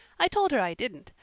i told her i didn't,